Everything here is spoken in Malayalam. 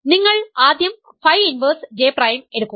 നിങ്ങൾ ആദ്യം ഫൈ ഇൻവെർസ് J പ്രൈം എടുക്കുക